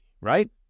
right